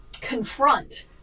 confront